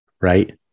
Right